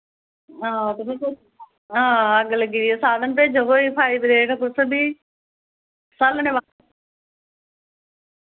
हां ते हां अग्ग लग्गी दी ऐ साधन भेजो कोई फायर ब्रिगेड तुस बी स्हालने